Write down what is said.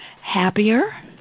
happier